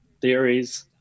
theories